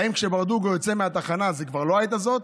האם כשברדוגו יוצא מהתחנה זה כבר לא העת הזאת?